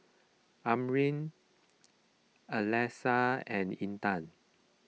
Amrin Alyssa and Intan